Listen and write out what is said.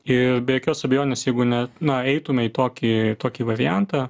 ir be jokios abejonės jeigu net na eitume į tokį tokį variantą